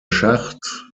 schacht